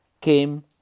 Came